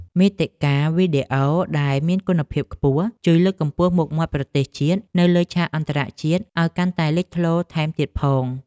មាតិកាវីដេអូដែលមានគុណភាពខ្ពស់ជួយលើកកម្ពស់មុខមាត់ប្រទេសជាតិនៅលើឆាកអន្តរជាតិឱ្យកាន់តែលេចធ្លោថែមទៀតផង។